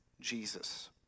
Jesus